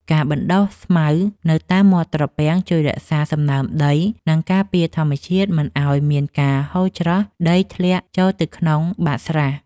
ការបណ្តុះស្មៅនៅតាមមាត់ត្រពាំងជួយរក្សាសំណើមដី និងការពារធម្មជាតិមិនឱ្យមានការហូរច្រោះដីធ្លាក់ចូលទៅក្នុងបាតស្រះ។